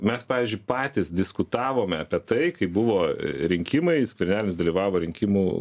mes pavyzdžiui patys diskutavome apie tai kaip buvo rinkimai skvernelis dalyvavo rinkimų